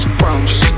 bounce